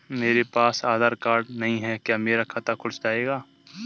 मेरे पास आधार कार्ड नहीं है क्या मेरा खाता खुल जाएगा?